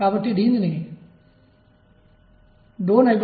కాబట్టి ఇది E